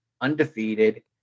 undefeated